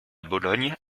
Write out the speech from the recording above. bologne